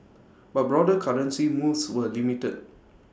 but broader currency moves were limited